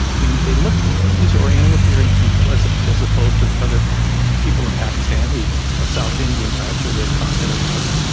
i mean, they look different these are oriental-appearing people as as opposed to the other people in pakistan, who are south indian types, or they're continental types.